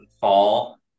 fall